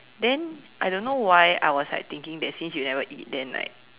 then I don't know why I was like thinking that since you never eat then like